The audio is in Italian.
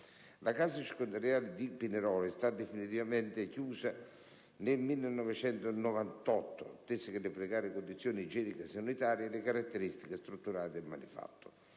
La casa circondariale di Pinerolo è stata definitivamente chiusa nel 1998, atteso che le precarie condizioni igienico-sanitarie e le caratteristiche strutturali del manufatto